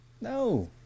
No